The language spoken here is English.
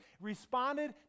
responded